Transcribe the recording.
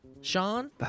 Sean